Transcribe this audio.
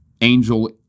Angel